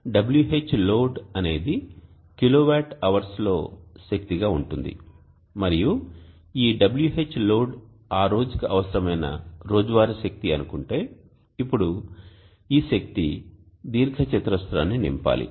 కాబట్టి WhLOAD అనేది kilowatt hours లో శక్తిగా ఉంటుంది మరియు ఈ WhLOAD ఆ రోజుకి అవసరమైన రోజువారీ శక్తి అనుకుంటే ఇప్పుడు ఈ శక్తి దీర్ఘచతురస్రాన్ని నింపాలి